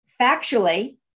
factually